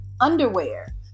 underwear